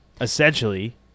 essentially